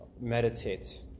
meditate